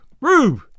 Rube